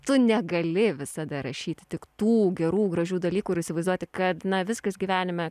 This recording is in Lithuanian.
tu negali visada rašyti tik tų gerų gražių dalykų ir įsivaizduoti kad na viskas gyvenime